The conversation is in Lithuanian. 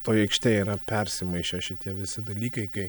toj aikštėj yra persimaišę šitie visi dalykai kai